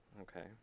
Okay